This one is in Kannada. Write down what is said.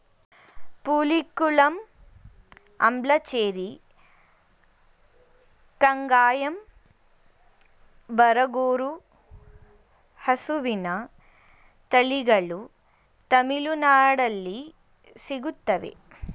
ಪುಲಿಕುಲಂ, ಅಂಬ್ಲಚೇರಿ, ಕಂಗಾಯಂ, ಬರಗೂರು ಹಸುವಿನ ತಳಿಗಳು ತಮಿಳುನಾಡಲ್ಲಿ ಸಿಗುತ್ತವೆ